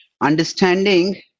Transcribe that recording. understanding